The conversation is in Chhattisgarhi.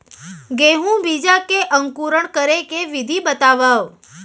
गेहूँ बीजा के अंकुरण करे के विधि बतावव?